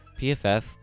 pff